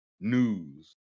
news